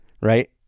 right